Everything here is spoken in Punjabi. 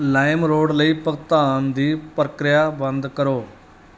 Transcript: ਲਾਈਮ ਰੋਡ ਲਈ ਭੁਗਤਾਨ ਦੀ ਪ੍ਰਕਿਰਿਆ ਬੰਦ ਕਰੋ